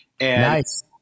Nice